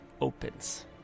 opens